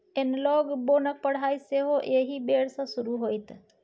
एनलॉग बोनक पढ़ाई सेहो एहि बेर सँ शुरू होएत